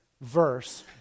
verse